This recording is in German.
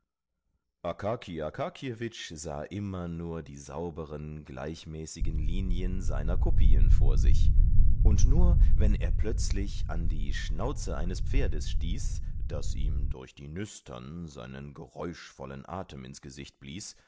sah immer nur die sauberen gleichmäßigen linien seiner kopien vor sich und nur wenn er plötzlich an die schnauze eines pferdes stieß das ihm durch die nüstern seinen geräuschvollen atem ins gesicht blies